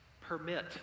permit